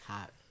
Hot